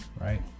Right